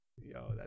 Yo